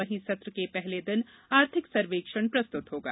वहीं सत्र के पहले दिन आर्थिक सर्वेक्षण प्रस्तुत होगा